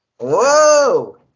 whoa